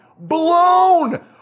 blown